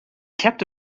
kept